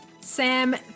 Sam